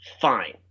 fine